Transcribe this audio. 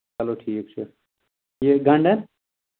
چلو ٹھیٖک چھُ یہِ گنٛڈَن